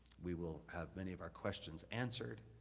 we will have many of our questions answered,